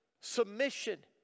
submission